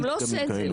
אבל הוא לא עושה את זה.